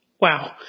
Wow